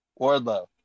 Wardlow